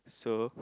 solo